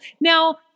Now